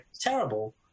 terrible